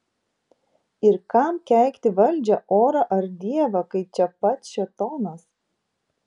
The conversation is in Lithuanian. ir kam keikti valdžią orą ar dievą kai čia pat šėtonas